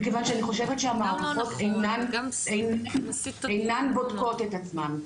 מכיוון שאני חושבת שהמערכות אינן בודקות את עצמם,